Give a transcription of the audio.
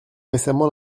récemment